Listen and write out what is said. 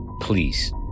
Please